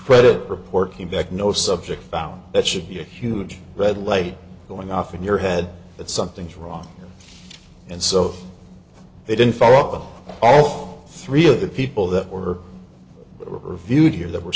credit report came back no subject found that should be a huge red light going off in your head that something's wrong and so they didn't follow up on all three of the people that were reviewed here that were